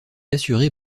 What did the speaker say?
assurée